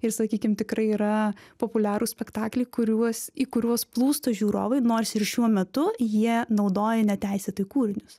ir sakykim tikrai yra populiarūs spektakliai kuriuos į kuriuos plūsta žiūrovai nors ir šiuo metu jie naudoja neteisėtai kūrinius